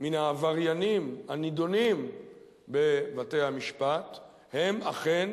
מן העבריינים הנידונים בבתי-המשפט הם אכן